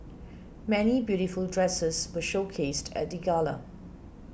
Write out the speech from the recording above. many beautiful dresses were showcased at the gala